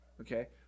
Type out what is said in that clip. okay